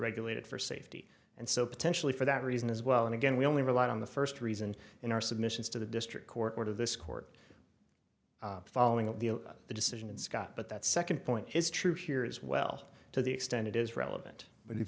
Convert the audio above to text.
regulated for safety and so potentially for that reason as well and again we only relied on the first reason in our submissions to the district court of this court following up the the decision and scott but that second point is true here as well to the extent it is relevant but if